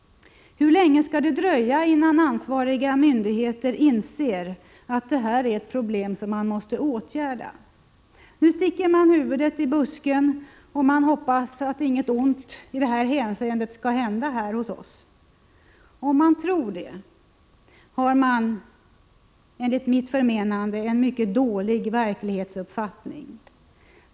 Hur länge skall det dröja innan ansvariga myndigheter inser att det här är ett problem som man måste åtgärda? Nu sticker man huvudet i busken och hoppas att inget ont i detta hänseende skall hända här hos oss. Om man tror det har man enligt mitt förmenande en mycket dålig verklighetsuppfattning.